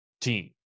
team